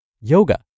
Yoga